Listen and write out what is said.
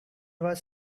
was